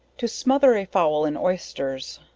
to smother a fowl in oysters.